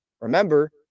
remember